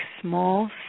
small